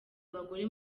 abagore